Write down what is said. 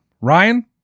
ryan